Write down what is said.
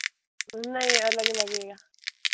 नहीं अलग लगेगा